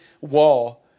wall